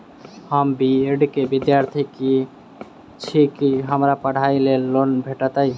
हम B Ed केँ विद्यार्थी छी, की हमरा पढ़ाई लेल लोन भेटतय?